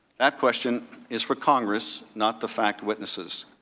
that question is for congress, not the fact witnesses.